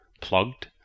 plugged